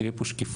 שיהיה פה שקיפות,